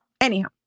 Anyhow